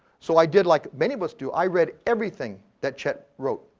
so i did like many of us do, i read everything that chet wrote.